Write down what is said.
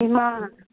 ꯏꯃꯥ